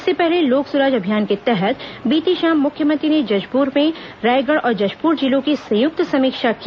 इससे पहले लोक सुराज अभियान के तहत बीती शाम मुख्यमंत्री ने जशपुर में रायगढ़ और जशपुर जिलों की संयुक्त समीक्षा की